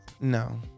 No